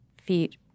feet